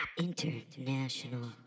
International